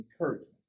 encouragement